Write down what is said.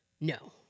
no